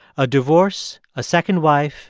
a divorce, a second wife,